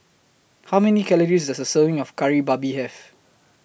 How Many Calories Does A Serving of Kari Babi Have